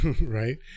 right